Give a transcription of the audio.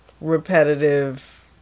repetitive